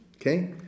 Okay